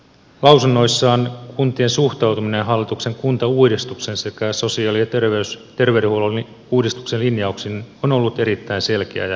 lausunnoissa kuntien suhtautuminen hallituksen kuntauudistuksen sekä sosiaali ja terveydenhuollon uudistuksen linjauksiin on ollut erittäin selkeä ja johdonmukainen